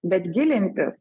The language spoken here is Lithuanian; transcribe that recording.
bet gilintis